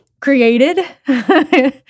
created